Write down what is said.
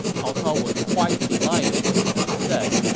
cao cao was quite delighted and said,